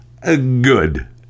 good